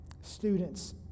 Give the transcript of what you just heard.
Students